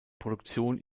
produktion